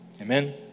Amen